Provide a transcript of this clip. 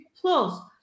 Plus